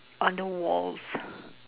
on the walls